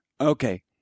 okay